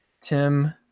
Tim